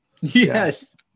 yes